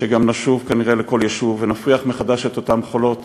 שגם נשוב כנראה לכל יישוב ונפריח מחדש את אותם חולות,